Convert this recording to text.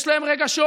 יש להם רגשות,